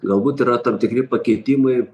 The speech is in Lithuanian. galbūt yra tam tikri pakeitimai